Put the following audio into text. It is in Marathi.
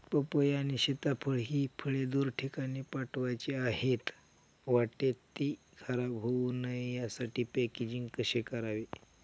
पपई आणि सीताफळ हि फळे दूर ठिकाणी पाठवायची आहेत, वाटेत ति खराब होऊ नये यासाठी पॅकेजिंग कसे करावे?